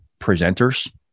presenters